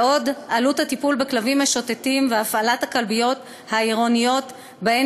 בעוד עלות הטיפול בכלבים משוטטים והפעלת הכלביות העירוניות שבהן